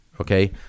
okay